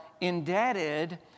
indebted